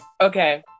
Okay